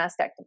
mastectomy